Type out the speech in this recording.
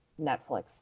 Netflix